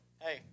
hey